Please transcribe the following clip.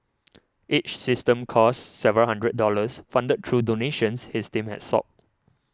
each system costs several hundred dollars funded through donations his team has sought